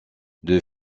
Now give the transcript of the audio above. deux